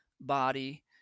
body